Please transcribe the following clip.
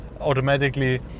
automatically